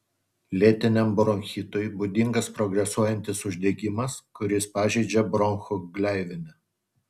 lėtiniam bronchitui būdingas progresuojantis uždegimas kuris pažeidžia bronchų gleivinę